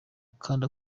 kandi